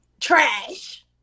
trash